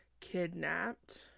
kidnapped